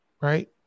right